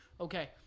okay